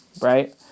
right